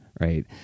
right